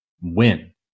win